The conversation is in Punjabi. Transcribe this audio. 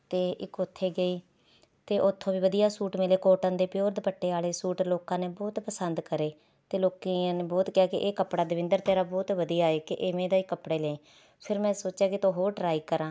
ਅਤੇ ਇੱਕ ਉੱਥੇ ਗਈ ਅਤੇ ਉੱਥੋਂ ਵੀ ਵਧੀਆ ਸੂਟ ਮਿਲੇ ਕੋਟਨ ਦੇ ਪਿਓਰ ਦੁਪੱਟੇ ਵਾਲੇ ਸੂਟ ਲੋਕਾਂ ਨੇ ਬਹੁਤ ਪਸੰਦ ਕਰੇ ਅਤੇ ਲੋਕਾਂ ਨੇ ਬਹੁਤ ਕਿਹਾ ਕਿ ਇਹ ਕੱਪੜਾ ਦਵਿੰਦਰ ਤੇਰਾ ਬਹੁਤ ਵਧੀਆ ਹੈ ਕਿ ਇਵੇਂ ਦਾ ਹੀ ਕੱਪੜਾ ਲਈਂ ਫੇਰ ਮੈਂ ਸੋਚਿਆ ਕਿਤੋਂ ਹੋਰ ਟਰਾਈ ਕਰਾਂ